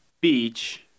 beach